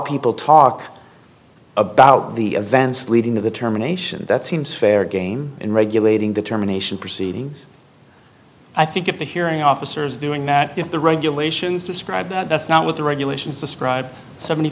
people talk about the events leading to the terminations that seems fair game in regulating determination proceedings i think if the hearing officer is doing that if the regulations describe that's not what the regulations describe seventy